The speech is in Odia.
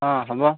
ହଁ ହେବ